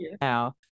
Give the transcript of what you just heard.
now